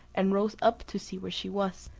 and rose up to see where she was,